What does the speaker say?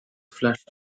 flash